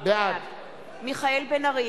בעד מיכאל בן-ארי,